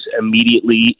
immediately